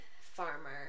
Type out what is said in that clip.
Farmer